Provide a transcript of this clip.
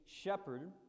shepherd